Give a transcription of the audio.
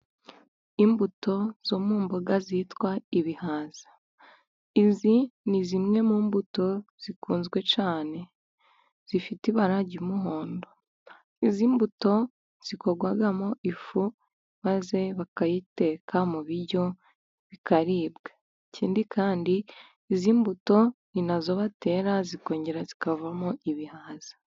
Imbuto zo mu mboga zitwa ibihaza. Izi ni zimwe mu mbuto zikunzwe cyne, zifite ibara ry'umuhondo. Izi mbuto zikorwagwamo ifu, maze bakayiteka mu biryo bikaribwa. Ikindi kandi izi mbuto ni nazo batera zikongera zikavamo ibihaza.